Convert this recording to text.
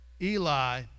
Eli